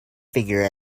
figure